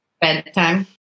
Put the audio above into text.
bedtime